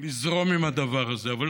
לזרום עם הדבר הזה, אבל